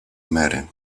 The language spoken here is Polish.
mary